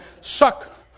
suck